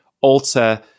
alter